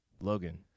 Logan